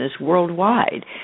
worldwide